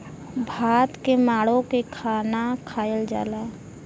भात के माड़ो के खाना खायल जाला